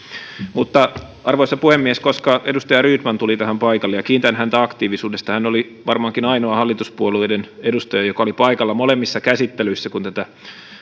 arvoisa puhemies koska edustaja rydman tuli tähän paikalle kiitän häntä aktiivisuudesta hän oli varmaankin ainoa hallituspuolueiden edustaja joka oli paikalla molemmissa käsittelyissä kun tätä